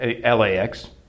LAX